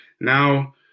Now